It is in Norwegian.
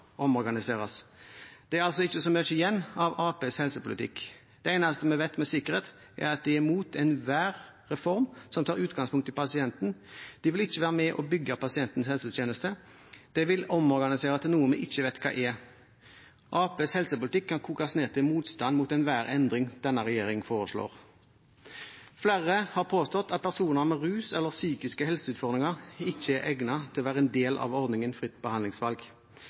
omorganiseres. Det er altså ikke så mye igjen av Arbeiderpartiets helsepolitikk. Det eneste vi vet med sikkerhet, er at de er imot enhver reform som tar utgangspunkt i pasienten. De vil ikke være med og bygge pasientens helsetjeneste. De vil omorganisere til noe vi ikke vet hva er. Arbeiderpartiets helsepolitikk kan kokes ned til motstand mot enhver endring denne regjeringen foreslår. Flere har påstått at personer med rusutfordringer eller psykiske helseutfordringer ikke er egnet til å være en del av ordningen fritt behandlingsvalg.